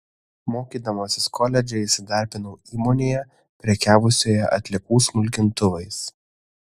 mokydamasis koledže įsidarbinau įmonėje prekiavusioje atliekų smulkintuvais